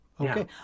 Okay